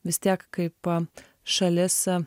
vistiek kaip šalis